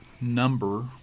number